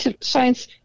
science